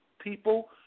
people